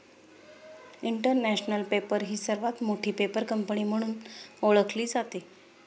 international paper ही सर्वात मोठी पेपर कंपनी म्हणून ओळखली जाते